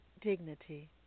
dignity